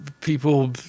people